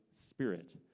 Spirit